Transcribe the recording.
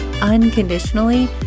unconditionally